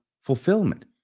fulfillment